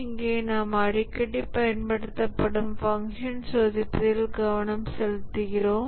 இங்கே நாம் அடிக்கடி பயன்படுத்தப்படும் ஃபங்ஷன் சோதிப்பதில் கவனம் செலுத்துகிறோம்